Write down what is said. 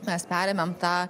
mes perėmėm tą